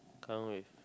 Kallang Wave